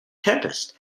tempest